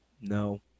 No